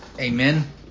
Amen